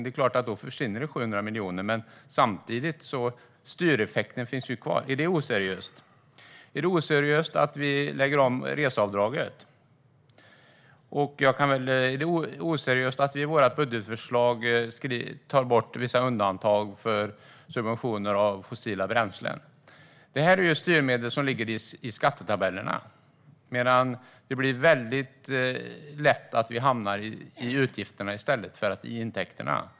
Det är klart att 700 miljoner försvinner, men samtidigt finns styreffekten kvar. Är det oseriöst? Är det oseriöst att vi lägger om reseavdraget? Är det oseriöst att vi i vårt budgetförslag tar bort vissa undantag för subventioner av fossila bränslen? Detta är styrmedel som ligger i skattetabellerna. Det blir lätt så att vi hamnar i utgifterna i stället för i intäkterna.